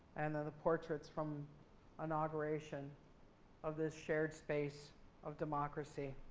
and then portraits from inauguration of this shared space of democracy